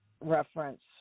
reference